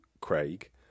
Craig